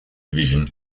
division